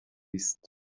است